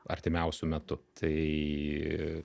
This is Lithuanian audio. artimiausiu metu tai